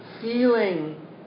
feeling